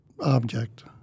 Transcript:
Object